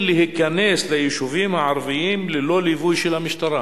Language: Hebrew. להיכנס ליישובים הערביים ללא ליווי של המשטרה.